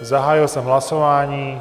Zahájil jsem hlasování.